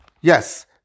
yes